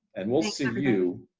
and we'll see and you